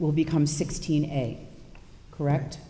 will become sixteen a correct